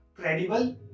credible